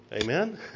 amen